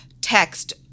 text